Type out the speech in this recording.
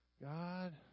God